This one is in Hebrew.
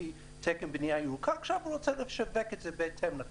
לפי תקן בנייה ירוקה ועכשיו הוא רוצה לשווק את זה בהתאם לכך.